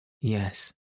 Yes